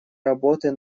работы